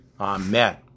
Amen